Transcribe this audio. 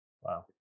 Wow